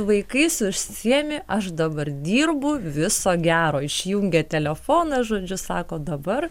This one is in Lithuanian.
vaikais užsiimi aš dabar dirbu viso gero išjungia telefoną žodžiu sako dabar